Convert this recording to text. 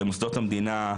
במוסדות המדינה,